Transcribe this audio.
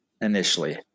initially